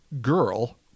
girl